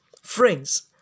friends